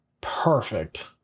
perfect